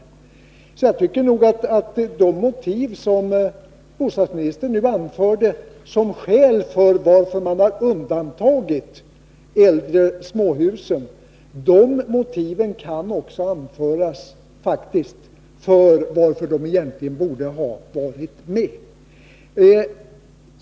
Jag tycker nog att de motiv som bostadsministern nu anförde som skäl till att man har undantagit de äldre småhusen faktiskt också kan anföras för att de egentligen borde ha varit med.